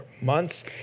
months